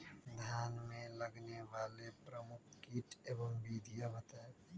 धान में लगने वाले प्रमुख कीट एवं विधियां बताएं?